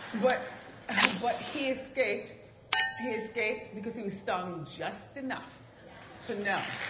but but he escaped he escaped because he was stung just enough to know.